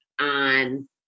on